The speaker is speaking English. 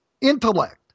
intellect